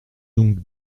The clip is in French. donc